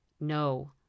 No